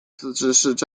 自治